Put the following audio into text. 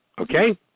Okay